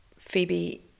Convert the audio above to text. Phoebe